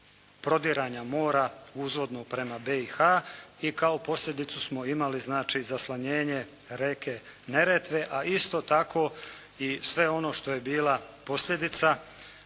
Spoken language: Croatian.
prodiranja mora uzvodno prema BiH i kao posljedicu smo imali znači zaslanjenje rijeke Neretve, a isto tako i sve ono što je bila posljedica,